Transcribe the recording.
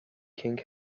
king